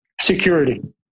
Security